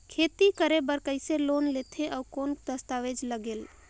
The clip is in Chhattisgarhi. खेती करे बर कइसे लोन लेथे और कौन दस्तावेज लगेल?